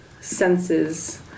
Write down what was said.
senses